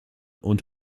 und